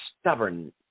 stubborn